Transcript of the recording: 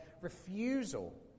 refusal